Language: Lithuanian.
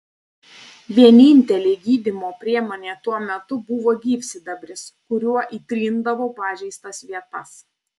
vienintelė gydymo priemonė tuo metu buvo gyvsidabris kuriuo įtrindavo pažeistas vietas